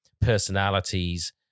personalities